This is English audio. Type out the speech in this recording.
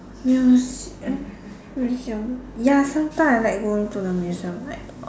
ya s~ uh ya ya sometime I like go to the museum like